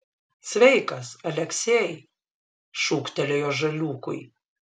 sveikas aleksej šūktelėjo žaliūkui